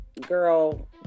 girl